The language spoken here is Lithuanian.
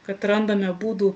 kad randame būdų